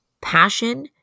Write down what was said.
passion